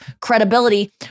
credibility